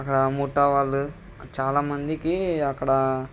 అక్కడా మూఠా వాళ్ళు చాలామందికి అక్కడ